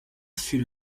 fut